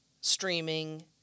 streaming